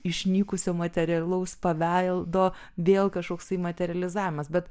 išnykusio materialaus paveldo vėl kažkoksai materializavimas bet